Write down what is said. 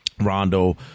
Rondo